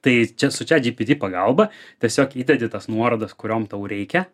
tai čia su chatgpt pagalba tiesiog įdedi tas nuorodas kuriom tau reikia